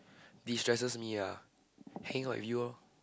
destresses me ah hang out with you orh